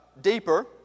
deeper